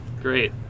Great